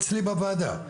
אצלי בוועדה,